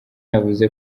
yavuze